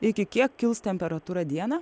iki kiek kils temperatūra dieną